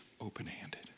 open-handed